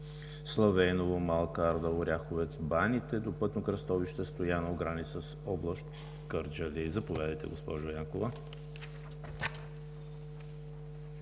Славейново – Малка Арда – Оряховец – Баните до пътно кръстовище Стояново, граница с област Кърджали. Заповядайте, госпожо Янкова.